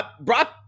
Brock